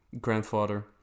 grandfather